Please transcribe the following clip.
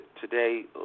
today